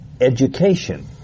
education